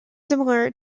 similar